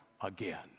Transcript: again